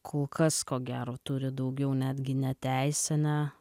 kol kas ko gero turi daugiau netgi ne teisinę